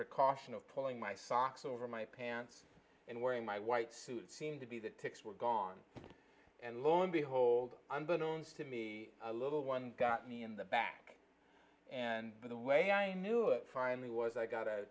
precaution of pulling my socks over my pants and wearing my white suit seemed to be that pics were gone and lo and behold unbeknown to me a little one got me in the back and the way i knew it finally was i got a